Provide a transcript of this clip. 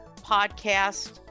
podcast